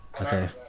Okay